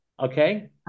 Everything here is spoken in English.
Okay